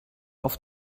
auf